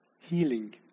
healing